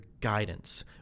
guidance